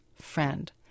friend